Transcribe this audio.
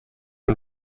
und